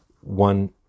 one